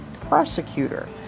prosecutor